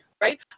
right